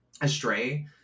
astray